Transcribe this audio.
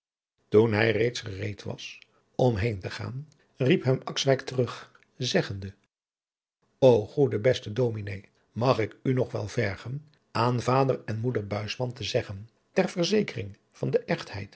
toen hij reeds gereed was om heen te gaan riep hem akswijk terug zeggende ô goede beste dominé mag ik u nog wel vergen aan vader en moeder buisman te zeggen ter verzekering van de echtheid